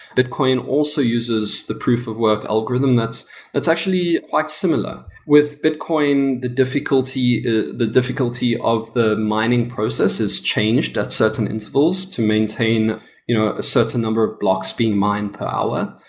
bitcoin also uses the proof of work algorithm that's that's actually quite similar. with bitcoin, the difficulty the difficulty of the mining process has changed that certain intervals to maintain you know a certain number of blocks being mined per hour.